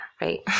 right